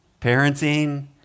parenting